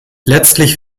letztlich